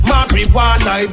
Marijuana